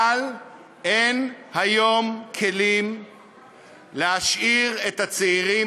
אבל אין היום כלים להשאיר את הצעירים